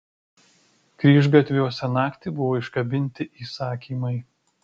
kryžgatviuose naktį buvo iškabinti įsakymai